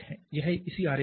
यह इसी आरेख है